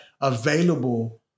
available